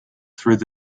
through